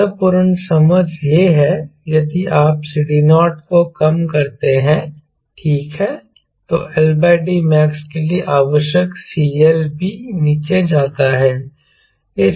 महत्वपूर्ण समझ यह है यदि आप CD0 को कम करते हैं ठीक है तो L D max के लिए आवश्यक CL भी नीचे जाता है